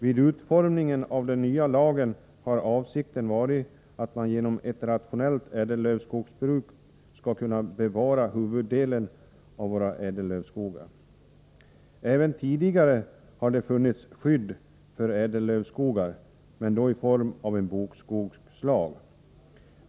Vid utformningen av den nya lagen har avsikten varit att man genom ett rationellt ädellövskogsbruk skall kunna bevara huvuddelen av våra ädellövskogar. Även tidigare har det funnits skydd för ädellövskogar, men då i form av en bokskogslag.